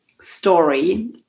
story